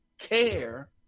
care